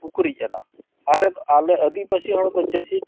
ᱩᱠᱩᱨᱤᱡ ᱟᱫᱚ ᱟᱞᱮ ᱫᱚ ᱟᱞᱮ ᱟᱫᱤᱵᱟᱥᱤ ᱦᱚᱲ ᱫᱚ ᱪᱟᱹᱥᱤ